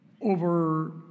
over